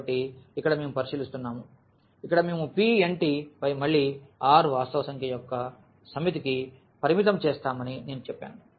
కాబట్టి ఇక్కడ మేము పరిశీలిస్తున్నాము ఇక్కడ మేము Pn పై మళ్ళీ R వాస్తవ సంఖ్య యొక్క సమితికి పరిమితం చేస్తామని నేను చెప్పాను